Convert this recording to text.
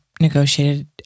negotiated